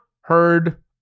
heard